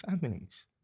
families